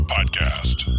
Podcast